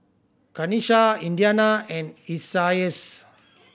Kanisha Indiana and Isaias